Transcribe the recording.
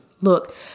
Look